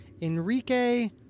Enrique